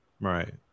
Right